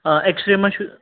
آ اٮ۪کٕس رے مَہ چھُ